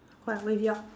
what will your